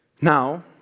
Now